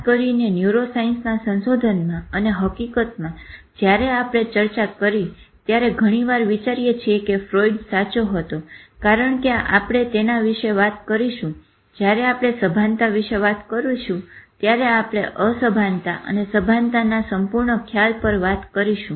ખાસ કરીને ન્યુરોસાયન્સના સંશોધનમાં અને હકીકતમાં જયારે આપણે ચર્ચા કરી ત્યારે ઘણીવાર વિચારીએ છીએ કે ફ્રોઈડ સાચો હતો કારણ કે આપણે તેના વિશે વાત કરીશું જયારે આપણે સભાનતા વિશે વાત કરશું ત્યારે આપણે અસભાનતા અને સભાનતાના સંપૂર્ણ ખ્યાલ પર વાત કરીશું